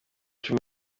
cumi